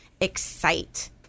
excite